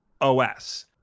OS